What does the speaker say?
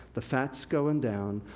the fat's going down,